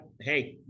hey